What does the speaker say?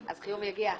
אז חיוב יגיע אחרי.